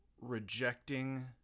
rejecting